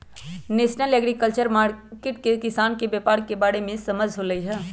national agriculture market से किसान के व्यापार के बारे में समझ होलई ह